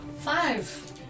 Five